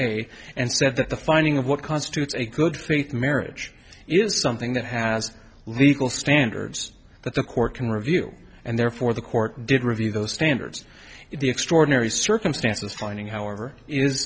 the finding of what constitutes a good faith marriage is something that has legal standards that the court can review and therefore the court did review those standards extraordinary circumstances finding however is